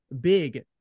big